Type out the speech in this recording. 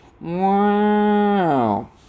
Wow